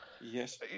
Yes